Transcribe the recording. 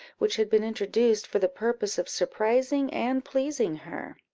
which had been introduced for the purpose of surprising and pleasing her.